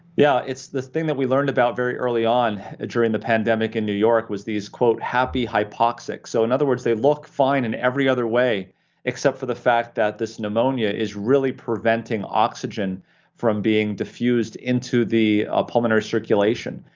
yeah, it's the thing that we learned about very early on ah during the pandemic in new york was these happy hypoxics. so in other words, they look fine in every other way except for the fact that this pneumonia is really preventing oxygen from being diffused into the pulmonary circulation,